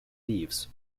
leaves